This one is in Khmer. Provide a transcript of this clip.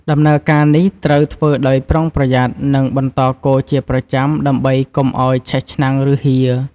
ដំណើរការនេះត្រូវធ្វើដោយប្រុងប្រយ័ត្ន និងបន្តកូរជាប្រចាំ ដើម្បីកុំឲ្យឆេះឆ្នាំង ឬហៀរ។